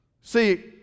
see